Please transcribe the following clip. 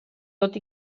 tot